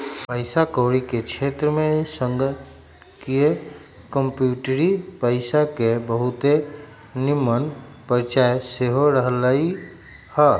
पइसा कौरी के क्षेत्र में संगणकीय कंप्यूटरी पइसा के बहुते निम्मन परिचय सेहो रहलइ ह